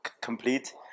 complete